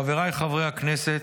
חבריי חברי הכנסת,